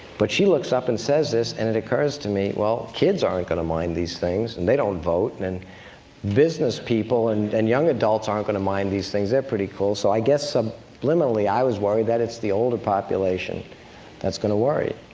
but she looks up and says this, and it occurs to me, well, kids aren't going to mind these things, and they don't vote, and and business people and then young adults aren't going to mind these things they're pretty cool so i guess subliminally i was worried that it's the older population that's going to worry.